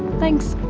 thanks!